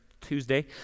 Tuesday